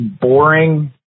boring